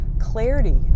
clarity